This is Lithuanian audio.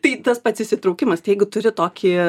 tai tas pats įsitraukimas tai jeigu turi tokį